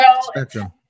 Spectrum